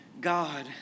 God